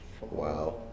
Wow